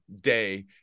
day